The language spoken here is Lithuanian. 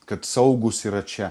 kad saugūs yra čia